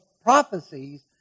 prophecies